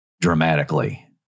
dramatically